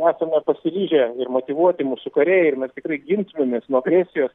esame pasiryžę ir motyvuoti mūsų kariai ir mes tikrai gintumėmės nuo agresijos